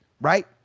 right